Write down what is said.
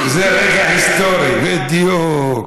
זה רגע היסטורי, בדיוק.